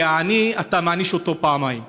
כי את העני אתה מעניש פעמיים.